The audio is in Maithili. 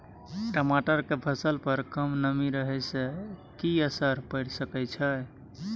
टमाटर के फसल पर कम नमी रहै से कि असर पैर सके छै?